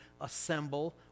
assemble